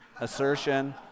assertion